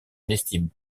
n’estime